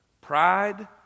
Pride